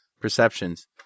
Perceptions